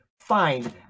find